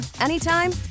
anytime